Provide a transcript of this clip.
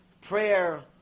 prayer